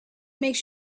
makes